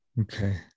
Okay